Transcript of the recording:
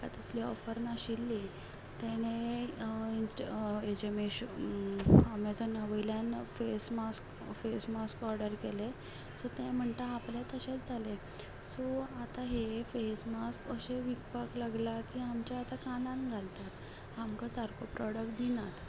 तेका तसली ऑफर नाशिल्ली ताणे इंस्टा हेजेर मिशो अमेझोना वयल्यान face mask face mask order केलें सो तें म्हणटा आपलें तशेंच जालें सो आतां हें फेस मास्क अशे विकपाक लागला की आमचे आतां कानान घालतात आमकां सारको प्रोडक्ट दिनात